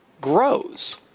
grows